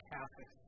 Catholic